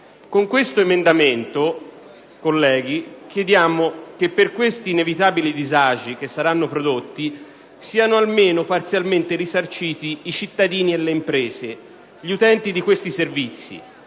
Con questo emendamento, onorevoli colleghi, chiediamo che per questi inevitabili disagi che saranno prodotti siano almeno parzialmente risarciti i cittadini e le imprese, gli utenti di questi servizi,